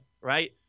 right